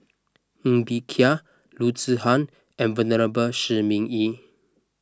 Ng Bee Kia Loo Zihan and Venerable Shi Ming Yi